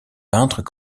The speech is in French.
peintres